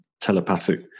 telepathic